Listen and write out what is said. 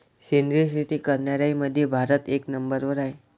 सेंद्रिय शेती करनाऱ्याईमंधी भारत एक नंबरवर हाय